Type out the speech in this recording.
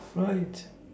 right